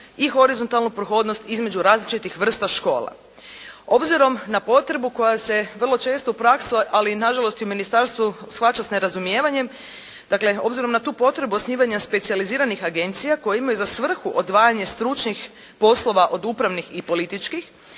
i horizontalnu prohodnost između različitih vrsta škola. Obzirom na potrebu koja se vrlo često u praksi, ali nažalost i u ministarstvu shvaća s nerazumijevanjem, dakle obzirom na tu potrebu osnivanja specijaliziranih agencija koje imaju za svrhu odvajanje stručnih poslova od upravnih i političkih